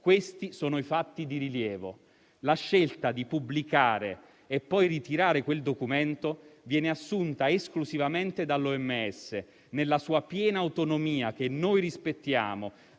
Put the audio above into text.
Questi sono i fatti di rilievo. La scelta di pubblicare e poi ritirare quel documento viene assunta esclusivamente dall'OMS, nella sua piena autonomia, che noi rispettiamo,